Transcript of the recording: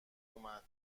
اومد